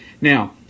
Now